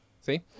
See